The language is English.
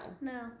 No